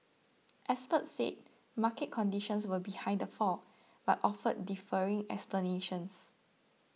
experts said market conditions were behind the fall but offered differing explanations